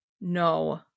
No